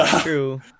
True